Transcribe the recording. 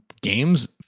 games